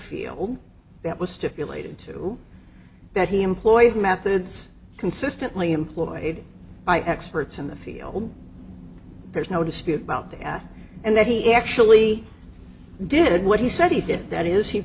field that was stipulated to that he employed methods consistently employed by experts in the field there's no dispute about that and that he actually did what he said he did that is he